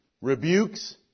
rebukes